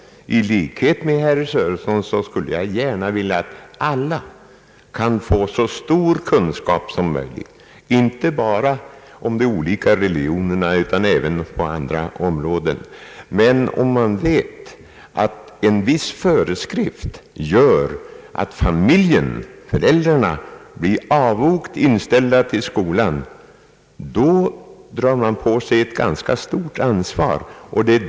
I likhet med herr Sörenson skulle jag gärna vilja att alla kunde få så stor kunskap som möjligt, inte bara om de olika religionerna, utan även på andra områden. Men om man vet att en viss föreskrift gör att familjen, föräldrarna, blir avogt inställda till skolan, drar man på sig ett ganska tungt ansvar.